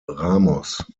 ramos